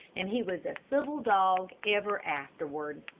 and he was a civil dog ever afterward.